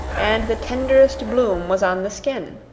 and the tenderest bloom was on the skin.